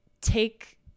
take